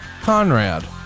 Conrad